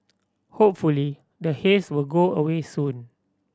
hopefully the haze will go away soon